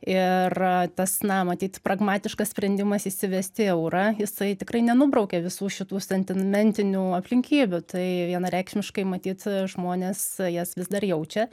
ir a tas na matyt pragmatiškas sprendimas įsivesti eurą jisai tikrai nenubraukia visų šitų santimentinių aplinkybių tai vienareikšmiškai matyt a žmonės jas vis dar jaučia